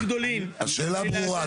השאלה ברורה.